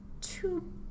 two